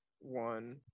one